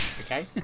Okay